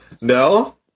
No